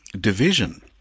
division